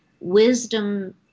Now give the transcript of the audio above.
wisdom